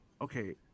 okay